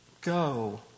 go